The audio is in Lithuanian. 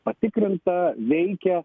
patikrinta veikia